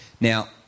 Now